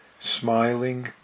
smiling